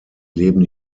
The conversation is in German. leben